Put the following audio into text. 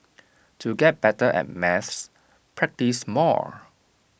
to get better at maths practise more